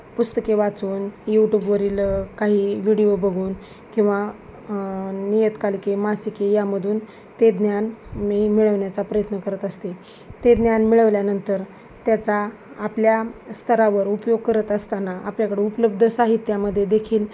पुस्तके वाचून यूट्यूबवरील काही व्हिडिओ बघून किंवा नियतकालिके मासिके यामधून ते ज्ञान मी मिळवण्याचा प्रयत्न करत असते ते ज्ञान मिळवल्यानंतर त्याचा आपल्या स्तरावर उपयोग करत असताना आपल्याकडे उपलब्ध साहित्यामध्ये देखील